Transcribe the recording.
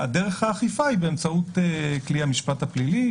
והדרך לאכיפה היא באמצעות כלי המשפט הפלילי.